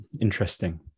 interesting